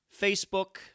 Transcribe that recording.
Facebook